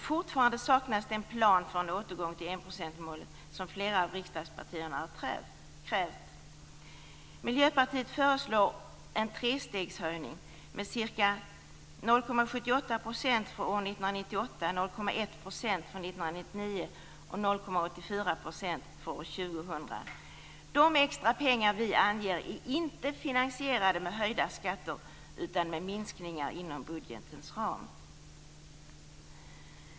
Fortfarande saknas det en plan för återgången till enprocentsmålet, som flera av riksdagspartierna har krävt. Miljöpartiet föreslår en trestegshöjning med ca 0,78 % för år 1998, 0,1 % för 1999 och 0,84 % för år 2000. De extra pengar vi anger är inte finansierade med höjda skatter utan med minskningar inom budgetens ram.